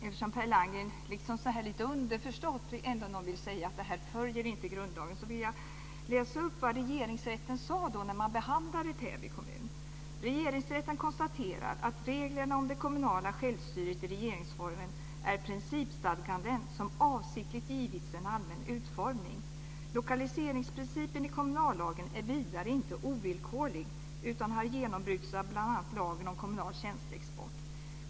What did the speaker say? Eftersom Per Landgren ändå lite underförstått vill säga att detta inte följer grundlagen vill jag läsa upp vad Regeringsrätten sade när man behandlade Täby kommun: "Regeringsrätten konstaterar att reglerna om det kommunala självstyret i regeringsformen är principstadgande som avsiktligt givits en allmän utformning. Lokaliseringsprincipen i kommunallagen är vidare inte ovillkorlig utan har genombrutits av bl.a. lagen om kommunal tjänsteexport.